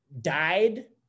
died